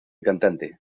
cantante